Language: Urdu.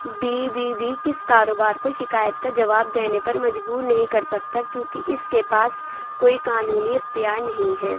بی بی بی کس کاروبار کو شکایت کا جواب دینے پر مجبور نہیں کر سکتا کیونکہ اس کے پاس کوئی قانونی اختیار نہیں ہے